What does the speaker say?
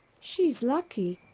she's lucky.